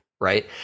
Right